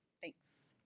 thanks.